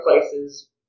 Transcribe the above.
places